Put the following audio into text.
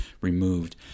removed